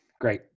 great